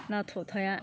ना थ'थाया